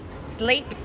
Sleep